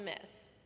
miss